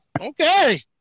Okay